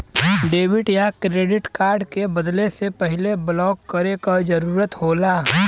debit या credit card के बदले से पहले ब्लॉक करे क जरुरत होला